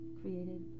created